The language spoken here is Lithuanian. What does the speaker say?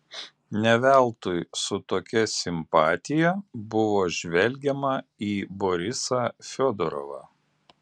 ne veltui su tokia simpatija buvo žvelgiama į borisą fiodorovą